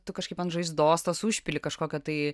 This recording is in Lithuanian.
tu kažkaip ant žaizdos tos užpili kažkokio tai